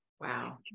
Wow